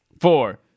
four